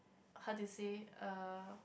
how to say err